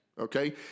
okay